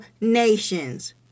nations